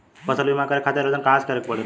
फसल बीमा करे खातिर आवेदन कहाँसे करे के पड़ेला?